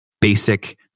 basic